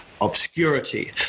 obscurity